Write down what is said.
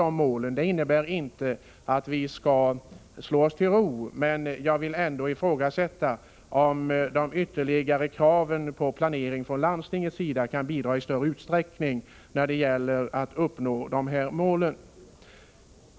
Detta innebär inte att vi skall slå oss till ro, men jag vill ifrågasätta om ytterligare planering från landstingens sida kan bidra i någon större utsträckning till att förverkliga målsättningen.